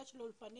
אולפן